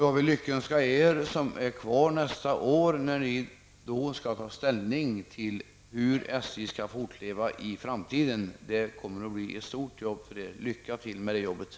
Jag vill lyckönska er som är kvar nästa år när ni då skall ta ställning till hur SJ skall fortleva i framtiden. Det kommer att bli ett stort arbete. Lycka till med det arbetet!